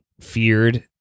feared